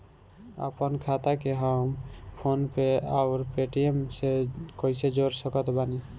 आपनखाता के हम फोनपे आउर पेटीएम से कैसे जोड़ सकत बानी?